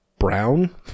brown